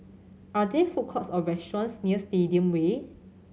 are there food courts or restaurants near Stadium Way